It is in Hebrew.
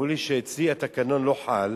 אמרו לי שאצלי התקנון לא חל,